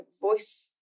voice